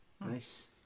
Nice